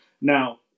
Now